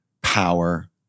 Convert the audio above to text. power